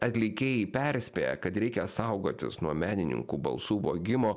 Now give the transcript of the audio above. atlikėjai perspėja kad reikia saugotis nuo menininkų balsų vogimo